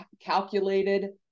calculated